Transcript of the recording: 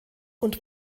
und